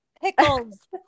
pickles